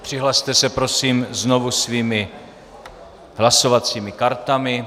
Přihlaste se prosím znovu svými hlasovacími kartami.